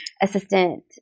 assistant